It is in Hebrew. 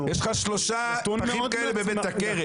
יש לך שלושה פחים כאלה בבית הכרם.